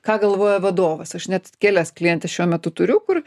ką galvoja vadovas aš net kelias klientes šiuo metu turiu kur